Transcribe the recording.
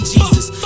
Jesus